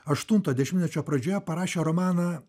aštunto dešimtmečio pradžioje parašė romaną